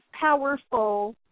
powerful